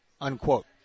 unquote